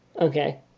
Okay